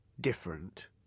different